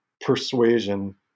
persuasion